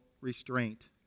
restraint